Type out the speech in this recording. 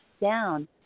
down